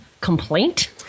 complaint